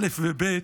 א' ו-ב'